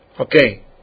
Okay